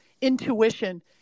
intuition